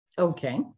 Okay